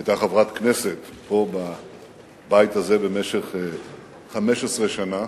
היא היתה חברת כנסת פה בבית הזה במשך 15 שנה,